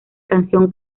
canción